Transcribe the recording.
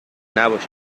نباش